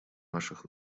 ваших